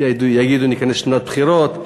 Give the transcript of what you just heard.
כי יגידו: ניכנס לשנת בחירות,